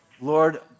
Lord